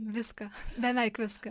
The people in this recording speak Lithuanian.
viską beveik viską